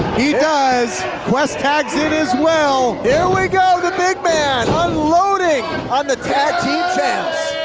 he does! quest tags in as well! here we go the big man unloading on the tag team champs!